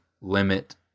limit